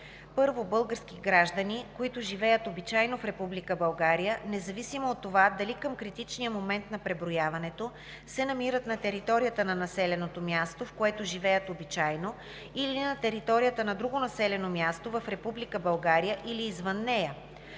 1. българските граждани, които живеят обичайно в Република България, независимо от това дали към критичния момент на преброяването се намират на територията на населеното място, в което живеят обичайно, или на територията на друго населено място в Република България